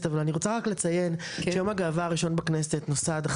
אבל אני רוצה רק לציין שיום הגאווה הראשון בכנסת ישראל התרחש